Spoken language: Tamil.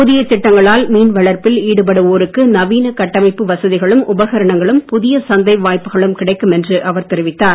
புதய திட்டங்களால் மீன் வளர்ப்பில் ஈடுபடுவோருக்கு நவீன கட்டமைப்பு வசதிகளும் உபகரணங்களும் புதிய சந்தை வாய்ப்புகளும் கிடைக்கும் என்று அவர் தெரிவித்தார்